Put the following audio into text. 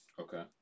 Okay